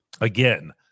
again